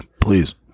Please